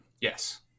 yes